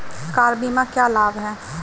Car बीमा का क्या लाभ है?